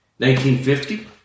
1950